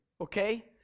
Okay